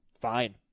fine